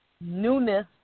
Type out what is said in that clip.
newness